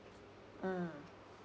mm